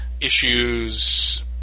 issues